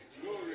Glory